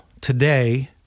Today